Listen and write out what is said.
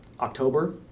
October